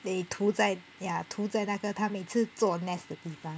then 涂在 ya 涂在那个它每次做 nest 的地方